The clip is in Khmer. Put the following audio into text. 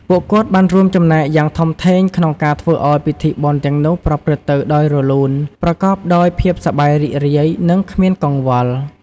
ពួកគាត់បានរួមចំណែកយ៉ាងធំធេងក្នុងការធ្វើឱ្យពិធីបុណ្យទាំងនោះប្រព្រឹត្តទៅដោយរលូន ប្រកបដោយភាពសប្បាយរីករាយ និងគ្មានកង្វល់។